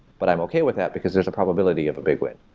but i'm okay with that, because there's a probability of a big win,